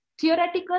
theoretical